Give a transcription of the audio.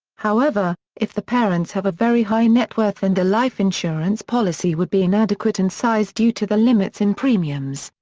however, if the parents have a very high net worth and the life insurance policy would be inadequate in size due to the limits in premiums,